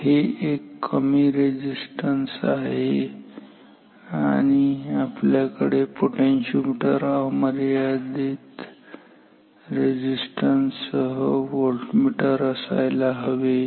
हे एक कमी रेझिस्टन्स आहे आणि आपल्याकडे पोटेन्शिओमीटर किंवा अमर्यादित रेझिस्टन्स सह व्होल्टमीटर असायला हवे ठीक आहे